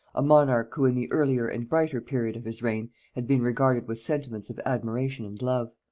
a monarch who in the earlier and brighter period of his reign had been regarded with sentiments of admiration and love.